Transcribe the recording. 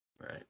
Right